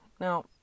Now